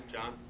John